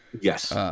Yes